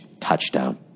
touchdown